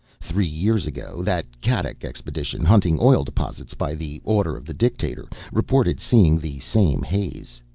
three years ago that kattack expedition, hunting oil deposits by the order of the dictator, reported seeing the same haze.